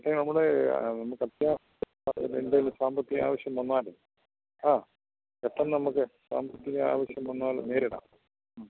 ഒക്കെ നമ്മുടെ നമുക്കപ്പോൾ സാമ്പത്തിക ആവശ്യം വന്നാലും ആ പെട്ടെന്നു നമുക്ക് സാമ്പത്തികാവശ്യം വന്നാൽ നേരിടാം ഉം